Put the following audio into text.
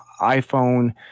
iPhone